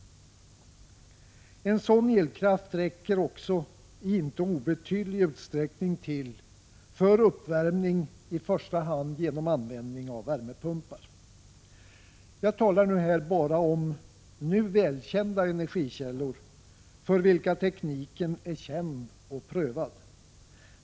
En sådan elkraft räcker också i inte obetydlig utsträckning till för uppvärmning, i första hand genom användning av värmepumpar. Jag talar här bara om nu välkända energikällor, för vilka tekniken är känd och prövad.